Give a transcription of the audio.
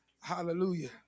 Hallelujah